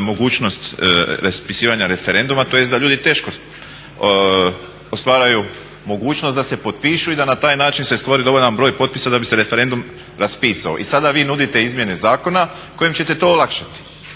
mogućnost raspisivanja referenduma tj. da ljudi teško ostvaruju mogućnost da se potpišu i da na taj način se stvori dovoljan broj potpisa da bi se referendum raspisao. I sada vi nudite izmjene zakona kojim ćete to olakšati.